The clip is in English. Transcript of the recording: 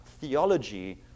theology